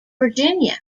virginia